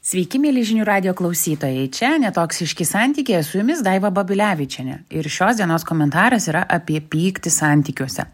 sveiki mieli žinių radijo klausytojai čia netoksiški santykiai su jumis daiva babilevičienė ir šios dienos komentaras yra apie pyktį santykiuose